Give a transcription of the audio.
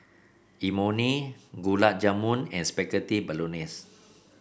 Imoni Gulab Jamun and Spaghetti Bolognese